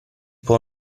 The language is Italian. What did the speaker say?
può